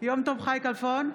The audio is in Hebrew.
יום טוב חי כלפון,